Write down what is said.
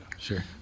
Sure